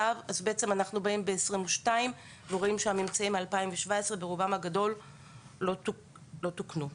2022 אנחנו רואים שממצאים מ-2017 ברובם הגדול לא תוקנו.